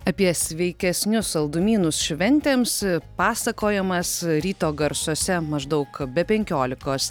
apie sveikesnius saldumynus šventėms pasakojimas ryto garsuose maždaug be penkiolikos